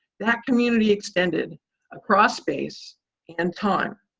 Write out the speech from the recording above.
that community extended across space and time.